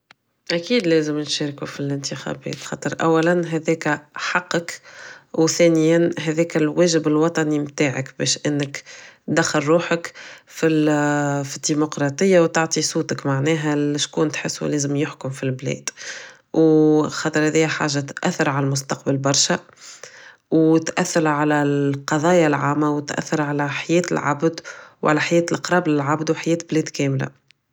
اكيد لازم نشاركو فالانتخابات خاطر اولا هداك حقك و ثانيا هداك الواجب الوطني متاعك باش انك تدخل روحك فالديمقراطية و تعطي صوتك معناها لشكون تسحو لازم يحكم فلبلاد و خاطر هادي حاجة تاثر عل مستقبل برشا و تاثر على القضايا العامة و تاثر على حياة العبد وعلى حياة القراب من العبد و على حياة بلاد كاملة